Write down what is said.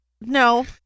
no